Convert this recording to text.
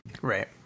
Right